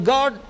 God